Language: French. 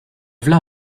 v’là